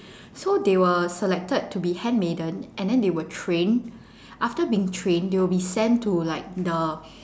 so they were selected to be handmaiden and they were trained after being trained they will be sent to like the